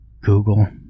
Google